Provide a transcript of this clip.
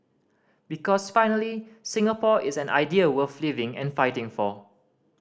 because finally Singapore is an idea worth living and fighting for